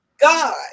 god